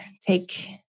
take